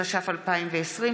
התש"ף 2020,